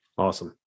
Awesome